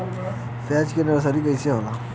प्याज के नर्सरी कइसे होला?